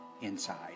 inside